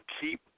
keep